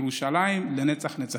ירושלים לנצח-נצחים.